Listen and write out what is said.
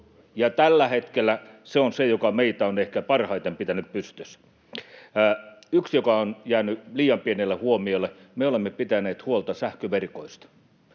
tällä hetkellä se on se, mikä meitä on ehkä parhaiten pitänyt pystyssä. Yksi, joka on jäänyt liian pienelle huomiolle: me olemme pitäneet huolta sähköverkoista.